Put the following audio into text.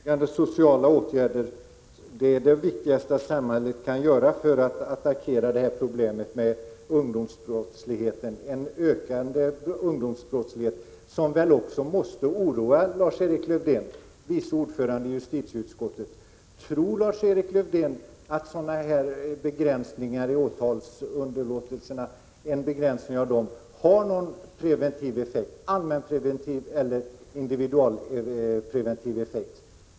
Herr talman! Jag sade, Lars-Erik Lövdén, att det viktigaste samhället kan göra för att attackera problemet med ungdomsbrottslighet är att vidta förebyggande sociala åtgärder. Den ökande ungdomsbrottsligheten måste väl också oroa Lars-Erik Lövdén, som är vice ordförande i justitieutskottet. Tror Lars-Erik Lövdén att en begränsning av åtalsunderlåtelserna har en preventiv effekt — allmänpreventiv eller individualpreventiv?